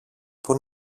πού